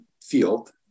field